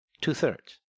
Two-Thirds